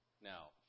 Now